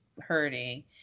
hurting